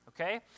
okay